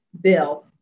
bill